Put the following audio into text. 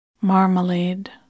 marmalade